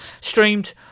streamed